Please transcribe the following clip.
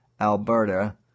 Alberta